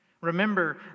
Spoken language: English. Remember